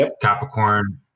Capricorn